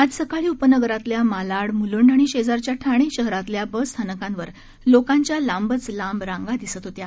आज सकाळी उपनगरातल्या मालाडम्लूंड आणि शेजारच्या ठाणे शहरांतल्या बस स्थानकांवर लोकांच्या लांबच लांब रांगा दिसत होत्या